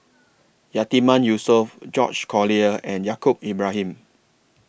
Yatiman Yusof George Collyer and Yaacob Ibrahim